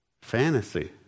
fantasy